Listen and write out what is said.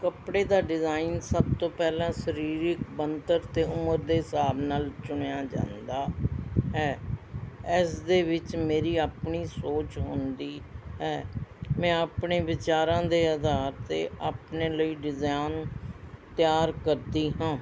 ਕੱਪੜੇ ਦਾ ਡਿਜ਼ਾਇਨ ਸਭ ਤੋਂ ਪਹਿਲਾਂ ਸਰੀਰਿਕ ਬਣਤਰ ਅਤੇ ਉਮਰ ਦੇ ਹਿਸਾਬ ਨਾਲ਼ ਚੁਣਿਆ ਜਾਂਦਾ ਹੈ ਇਸ ਦੇ ਵਿੱਚ ਵਿੱਚ ਮੇਰੀ ਆਪਣੀ ਸੋਚ ਹੁੰਦੀ ਹੈ ਮੈਂ ਆਪਣੇ ਵਿਚਾਰਾਂ ਦੇ ਆਧਾਰ 'ਤੇ ਆਪਣੇ ਲਈ ਡਿਜ਼ਾਅਨ ਤਿਆਰ ਕਰਦੀ ਹਾਂ